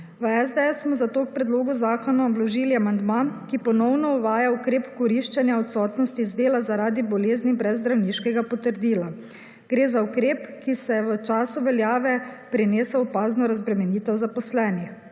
V SDS smo, zato k predlogu zakona vložili amandma, ki ponovno uvaja ukrep koriščanja odsotnosti z dela, zaradi bolezni brez zdravniškega potrdila. Gre za ukrep, ki se v času veljave prinesel opazno razbremenitev zaposlenih